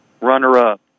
runner-up